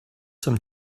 some